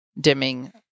dimming